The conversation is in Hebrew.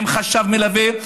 עם חשב מלווה,